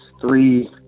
three